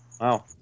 Wow